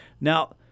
Now